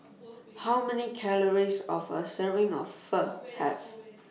How Many Calories of A Serving of Pho Have